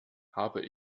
habe